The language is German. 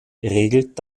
regelt